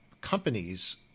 companies